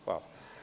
Hvala.